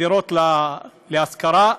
דירות להשכרה,